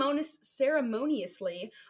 ceremoniously